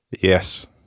Yes